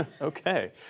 Okay